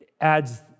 adds